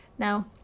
Now